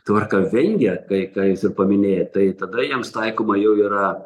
tvarka vengia kai ką jūs ir paminėjot tai tada jiems taikoma jau yra